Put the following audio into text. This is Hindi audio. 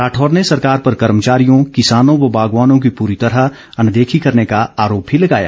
राठौर ने सरकार पर कर्मचारियों किसानों व बागवानों की पूरी तरह अनदेखी करने का आरोप भी लगाया